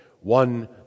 One